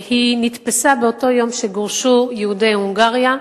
היא נתפסה באותו יום שגורשו יהודי הונגריה.